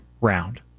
round